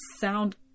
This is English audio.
sound